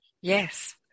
Yes